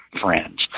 friends